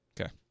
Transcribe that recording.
Okay